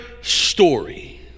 story